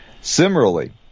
Similarly